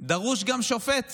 דרוש גם שופט